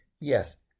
Yes